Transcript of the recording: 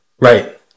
Right